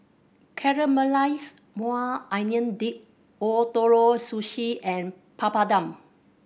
Caramelized Maui Onion Dip Ootoro Sushi and Papadum